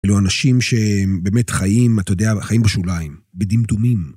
אלו אנשים שהם באמת חיים, אתה יודע, חיים בשוליים, בדמדומים.